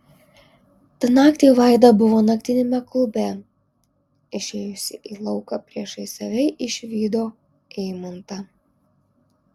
tą naktį vaida buvo naktiniame klube išėjusi į lauką priešais save išvydo eimantą